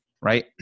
Right